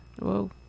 Whoa